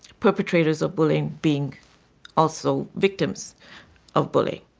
perpetrators of bullying being also victims of bullying.